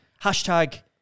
hashtag